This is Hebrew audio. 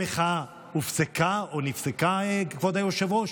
המחאה הופסקה או נפסקה, כבוד היושב-ראש?